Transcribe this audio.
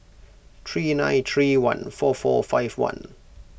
three nine three one four four five one